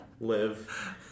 live